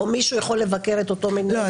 אין מישהו שיכול לבקר את אותו מנהל העיזבון.